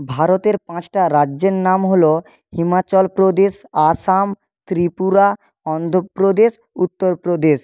ভারতের পাঁচটা রাজ্যের নাম হল হিমাচল প্রদেশ আসাম ত্রিপুরা অন্ধ্র প্রদেশ উত্তরপ্রদেশ